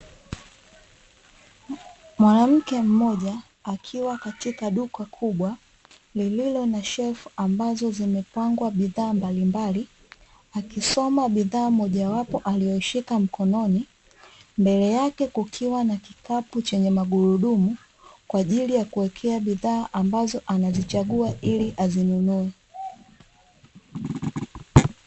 Mwanamke mmoja akiwa katika duka kubwa lililo na shelfu ambazo zimepangwa bidhaa mbalimbali, akisoma bidhaa mojawapo aliyoishika mkononi, mbele yake kukiwa na kikapu chenye magurudumu, kwa ajili ya kuwekea bidhaa ambazo anazichagua ili azinunue.